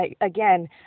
Again